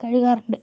കഴുകാറുണ്ട്